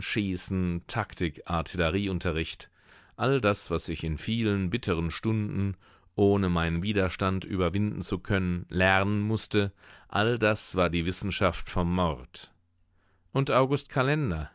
schießen taktik artillerieunterricht all das was ich in vielen bitteren stunden ohne meinen widerstand überwinden zu können lernen mußte all das war die wissenschaft vom mord und august kalender